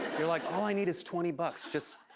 you're like, all i need is twenty bucks. just?